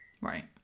right